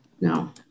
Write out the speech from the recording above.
No